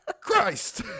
Christ